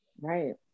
Right